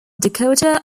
dakota